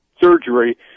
surgery